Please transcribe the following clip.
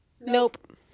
Nope